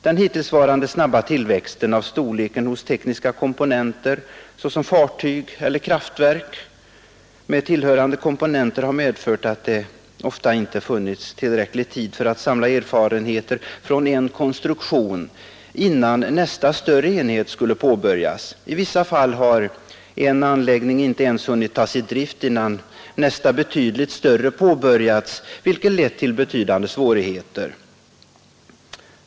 Den hittillsvarande snabba tillväxten av storleken hos tekniska komponenter såsom fartyg eller kraftverk med tillhörande komponenter har medfört att det ofta inte funnits tillräcklig tid för att samla erfarenheter från en konstruktion innan nästa större enhet skulle påbörjas. I vissa fall har en anläggning inte ens hunnit tas i drift innan nästa betydligt större påbörjats, vilket lett till betydande svårigheter.